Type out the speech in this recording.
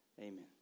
Amen